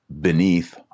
beneath